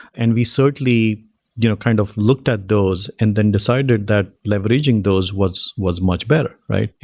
and we certainly you know kind of looked at those and then decided that leveraging those was was much better, right?